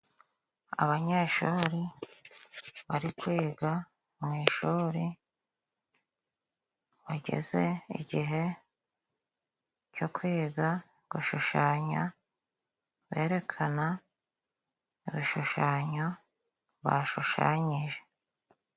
Abanyeshuri bari kwiga mu ishuri bageze igihe cyo kwiga gushushanya, berekana ibishushanyo bashushanyije.